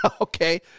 Okay